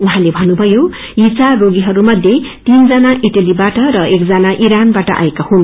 उझैँले भन्नुभयो यी चार रोगीहरूमध्ये तीनजना इटलीबाट र एकजना ईरानाबाट आएका हुन्